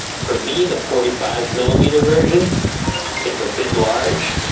for me, the forty five millimeter version is a bit large.